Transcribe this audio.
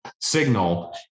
signal